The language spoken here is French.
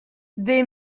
des